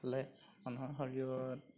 খালে মানুহৰ শৰীৰৰ